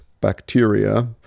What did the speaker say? bacteria